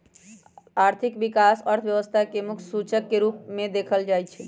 आर्थिक विकास अर्थव्यवस्था के मुख्य सूचक के रूप में देखल जाइ छइ